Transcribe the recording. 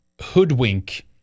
hoodwink